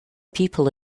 people